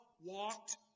walked